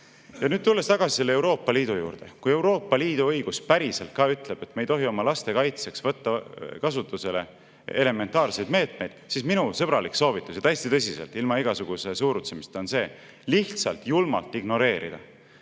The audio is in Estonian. küll! Tulles tagasi selle Euroopa Liidu juurde, kui Euroopa Liidu õigus päriselt ka ütleb, et me ei tohi oma laste kaitseks võtta kasutusele elementaarseid meetmeid, siis minu sõbralik soovitus, täiesti tõsiselt, ilma igasuguse suurustamiseta, on lihtsalt julmalt ignoreerida